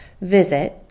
visit